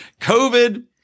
COVID